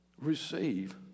receive